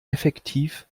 effektiv